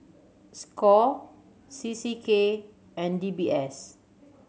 score C C K and D B S